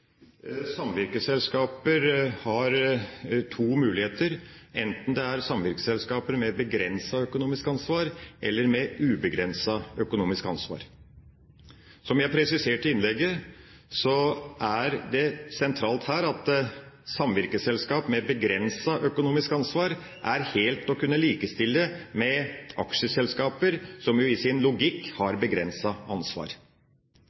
Samvirkeselskaper har to muligheter, enten samvirkeselskaper med begrenset økonomisk ansvar eller med ubegrenset økonomisk ansvar. Som jeg presiserte i innlegget, er det sentralt her at samvirkeselskap med begrenset økonomisk ansvar er helt å kunne likestille med aksjeselskaper, som jo i sin logikk har begrenset ansvar.